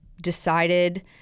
decided